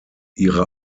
ihre